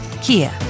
Kia